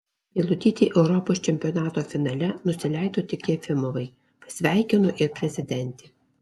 meilutytė europos čempionato finale nusileido tik jefimovai pasveikino ir prezidentė